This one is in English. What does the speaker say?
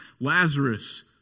Lazarus